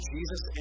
Jesus